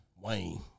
Wayne